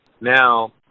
Now